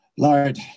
Lord